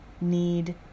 need